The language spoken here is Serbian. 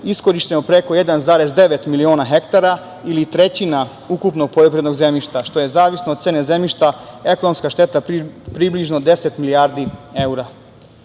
iskorišćeno preko 1,9 miliona hektara ili trećina ukupnog poljoprivrednog zemljišta, što je zavisno od cene zemljišta ekonomska šteta približno 10 milijardi evra.Za